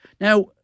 now